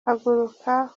haguruka